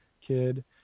kid